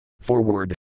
Forward